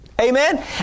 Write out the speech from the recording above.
Amen